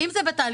אם זה בתהליכים,